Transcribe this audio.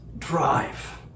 drive